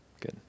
Good